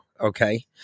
Okay